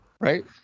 Right